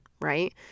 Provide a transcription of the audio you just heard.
Right